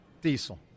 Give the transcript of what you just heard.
Diesel